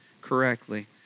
correctly